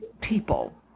people